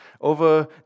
over